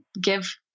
give